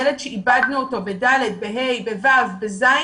ילד שאיבדנו אותו ב-ד', ב=ה', ב-ו' ב-ז',